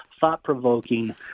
thought-provoking